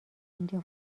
اینجا